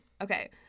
Okay